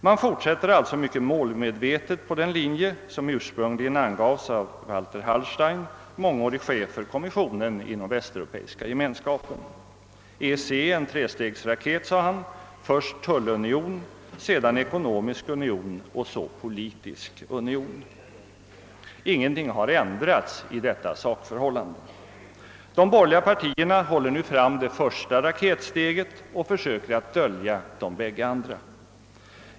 Man fortsätter alltså mycket målmedvetet på den linje som ursprungligen angavs av Walter Hallstein, under många år chef för kommissionen inom Västeuropeiska gemenskapen: »EEC är en trestegsraket — först tullunion, sedan ekonomisk union och så politisk union», sade han. Ingenting har ändrats i detta sakförhållande. De borgerliga partierna håller nu fram det första raketsteget och försöker att dölja de bägge andra.